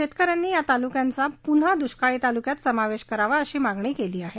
शेतकऱ्यांनी या तालुक्यांचा पुन्हा दृष्काळी तालुक्यात समावेश करावा अशी मागणी केली आहे